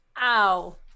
Ow